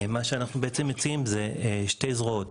מה שאנחנו מציעים לבוגרים צעירים זה שתי זרועות.